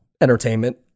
entertainment